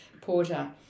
porter